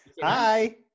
Hi